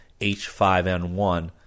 H5N1